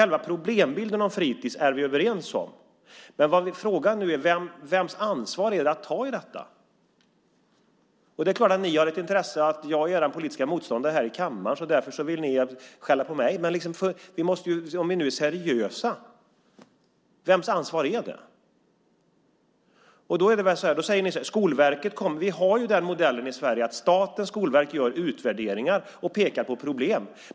Själva problembilden av fritids är vi överens om. Men frågan är nu vems ansvar det är att ta tag i detta. Det är klart att ni har ett intresse av att skälla på mig, eftersom jag är er politiska motståndare här i kammaren. Men om vi nu är seriösa: Vems ansvar är det? Vi har modellen i Sverige att staten och Skolverket gör utvärderingar och pekar på problem.